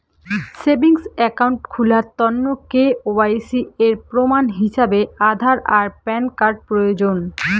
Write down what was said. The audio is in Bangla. সেভিংস অ্যাকাউন্ট খুলার তন্ন কে.ওয়াই.সি এর প্রমাণ হিছাবে আধার আর প্যান কার্ড প্রয়োজন